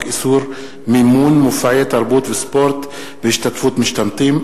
איסור מימון מופעי תרבות וספורט בהשתתפות משתמטים,